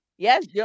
Yes